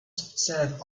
serve